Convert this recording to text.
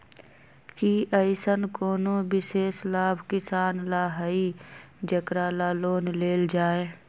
कि अईसन कोनो विशेष लाभ किसान ला हई जेकरा ला लोन लेल जाए?